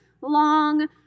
long